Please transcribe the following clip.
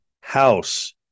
House